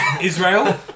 Israel